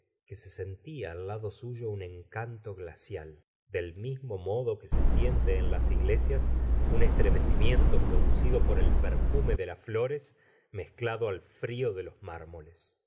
que se sentía al lado suyo un encanto glacial del mism modo que se siente en las iglesias un esla señora de bovary iv gustavo flaulert tremecimiento producido por el perfume de las flo res mezclado al frío de los mármoles